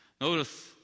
Notice